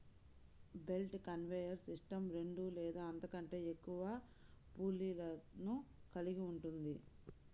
belt conveyor system రెండు లేదా అంతకంటే ఎక్కువ పుల్లీలను కలిగి ఉంటుంది